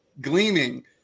gleaming